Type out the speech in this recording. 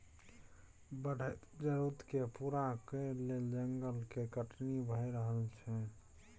बढ़ैत जरुरत केँ पूरा करइ लेल जंगल केर कटनी भए रहल छै